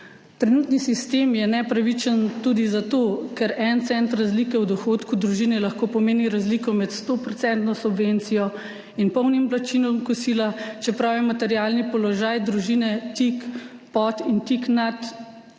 Trenutni sistem je nepravičen tudi zato, ker en cent razlike v dohodku družine lahko pomeni razliko med 100 % subvencijo in polnim plačilom kosila, čeprav je materialni položaj družine tik pod in tik nad